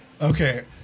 Okay